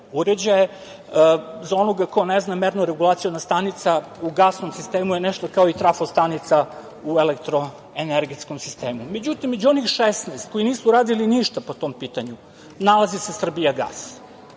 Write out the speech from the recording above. uređaje. Za onoga ko ne zna, merno regulaciona stanica u gasnom sistemu je nešto kao i trafo stanica u elektroenergetskom sistemu.Međutim, među onih 16 koji nisu uradili ništa po tom pitanju, nalazi se „Srbijagas“,